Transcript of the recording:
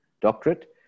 doctorate